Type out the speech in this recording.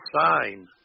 sign